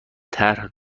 طرح